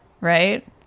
Right